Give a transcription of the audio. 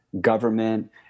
government